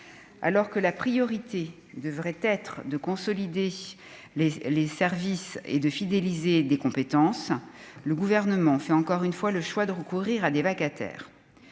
alors que la priorité devrait être de consolider les les services et de fidéliser des compétences, le gouvernement fait encore une fois, le choix de recourir à des vacataires,